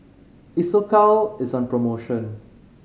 Isocal is on promotion